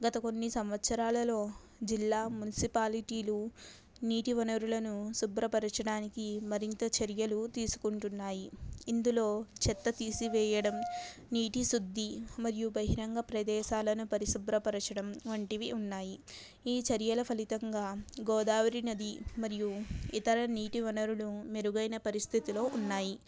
గత కొన్ని సంవత్సరాలలో జిల్లా మున్సిపాలిటీలు నీటి వనరులను శుభ్రపరచడానికి మరింత చర్యలు తీసుకుంటున్నాయి ఇందులో చెత్త తీసి వెయ్యడం నీటి శుద్ధి మరియు బహిరంగ ప్రదేశాలను పరిశుభ్రపరచడం వంటివి ఉన్నాయి ఈ చర్యల ఫలితంగా గోదావరి నది మరియు ఇతర నీటి వనరులు మెరుగైన పరిస్థితిలో ఉన్నాయి